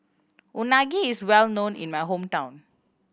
unagi is well known in my hometown